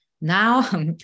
Now